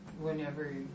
whenever